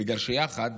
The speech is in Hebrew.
בגלל שיחד